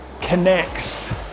connects